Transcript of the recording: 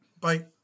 Bye